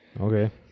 okay